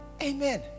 Amen